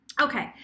Okay